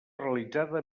realitzada